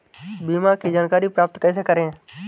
बीमा की जानकारी प्राप्त कैसे करें?